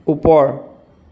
ওপৰ